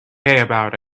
about